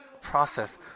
process